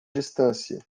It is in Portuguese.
distância